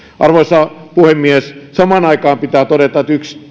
arvoisa puhemies samaan aikaan pitää todeta että